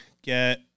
Get